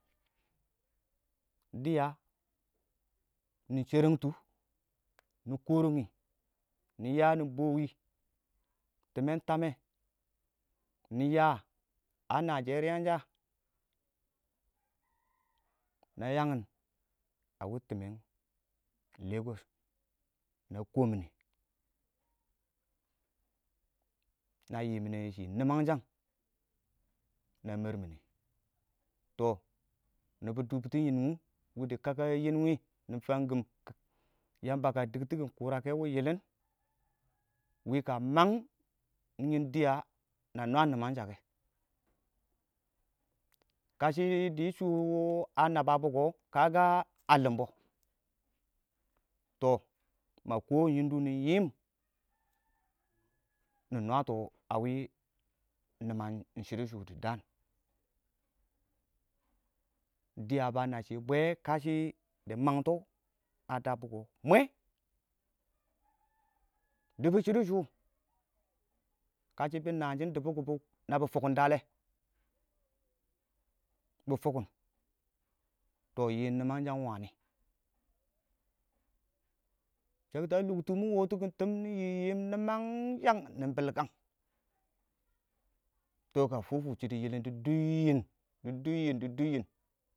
dɪya nɪ sherəngtu nɪ k5rəngi nɪ ya nɪ bɔwi timmen tamme niyɛ a nashɛriya sha na yangin a wɪɪn timmen na yangin a wɪɪn timmen lagos na kɔ mini na yimne yɛshi nimangshang na mɔrmin nɪ tɔ yamba dʊbʊtɔ yɪn wʊ wɪdɪ kaka yɛ yinwi nɪ fangkim yamba kə diktikim kʊrake wɪɪn yɪlɪn wɪɪn kə mang yɪn dɪya kina nwa nimangshakɛ kashɪ dɪ shʊbɔ a nababɔ tɔ makɔ kaga a limbɔ, tɔ ma kɔ yindu nɪ yiim nɪ nwətɔ a wɪɪn nimang shɪdo shʊwɔ dɪ daan dɪya ba nabbʊ shɪ bwee kadi mangtɔ a dabɔkɔ mwɛ dibɔ shɪidɛ shʊwɔ kashɪ bɪ naan shɪn dibɔkɔ nabi fʊkkʊn dale, bɪ fʊkkʊn tɔ yiim nimanshang ingwani shang nɪ bilkang tɔ kə fufu shɪidɛ yɪlɪn dɪ dub yɪn dɪ dub yɪn.